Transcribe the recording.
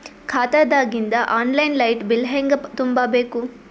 ಖಾತಾದಾಗಿಂದ online light bill ಹೇಂಗ ತುಂಬಾ ಬೇಕು?